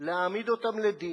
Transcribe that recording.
להעמיד אותם לדין,